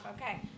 okay